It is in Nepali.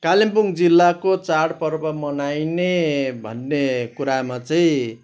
कालिम्पोङ जिल्लाको चाडपर्व मनाइने भन्ने कुरामा चाहिँ